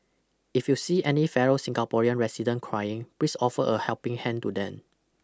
if you see any fellow Singaporean residents crying please offer a helping hand to them